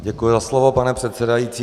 Děkuji za slovo, pane předsedající.